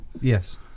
Yes